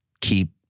keep